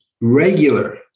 regular